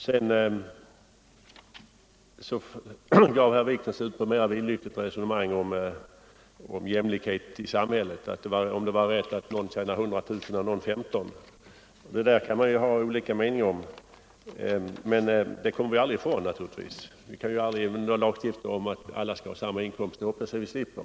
Sedan gav sig herr Wikner in på ett mera vidlyftigt resonemang om jämlikheten i samhället och frågan huruvida det vore rättvist att somliga kan tjäna 100 000 kronor medan andra bara tjänar 15 000. Det där kan man ju ha olika meningar om, men vi kommer naturligtvis aldrig ifrån sådana förhållanden. Vi kan aldrig införa en lagstiftning om att alla skall ha samma inkomster — det hoppas jag vi slipper!